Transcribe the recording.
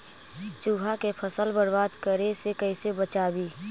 चुहा के फसल बर्बाद करे से कैसे बचाबी?